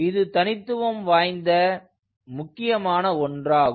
இது தனித்துவம் வாய்ந்த முக்கியமான ஒன்றாகும்